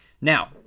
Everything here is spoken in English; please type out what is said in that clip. Now